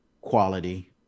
quality